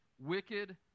wicked